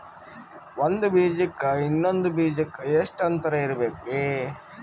ಒಂದ್ ಬೀಜಕ್ಕ ಇನ್ನೊಂದು ಬೀಜಕ್ಕ ಎಷ್ಟ್ ಅಂತರ ಇರಬೇಕ್ರಿ?